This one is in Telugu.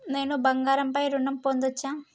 నేను బంగారం పై ఋణం పొందచ్చా?